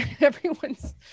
everyone's